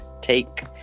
take